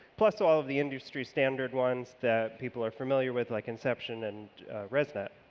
plus all the industry standard ones that people are familiar with like inception and resnet.